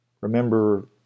Remember